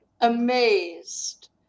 amazed